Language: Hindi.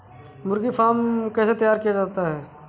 मुर्गी फार्म कैसे तैयार किया जाता है?